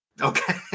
Okay